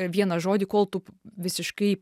vieną žodį kol tu visiškai